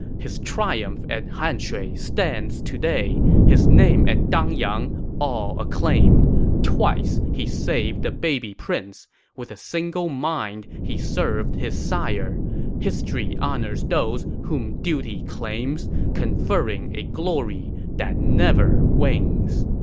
his triumph at hanshui stands today his name at dangyang all acclaimed twice he saved the baby prince with a single mind he served his sire history honors those whom duty claims conferring a glory that never wanes.